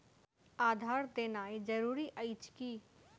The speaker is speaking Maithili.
आधार देनाय जरूरी अछि की?